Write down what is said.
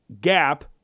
Gap